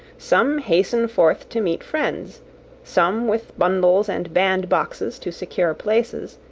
some hasten forth to meet friends some with bundles and bandboxes to secure places,